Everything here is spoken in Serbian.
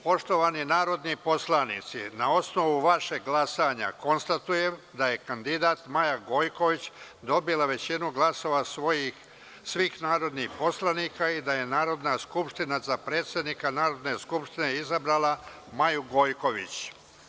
Poštovani narodni poslanici, na osnovu vašeg glasanja, konstatujem da je kandidat Maja Gojković dobila većinu glasova svojih svih narodnih poslanika i da je Narodna skupština za predsednika Narodne skupštine izabrala Maju Gojković.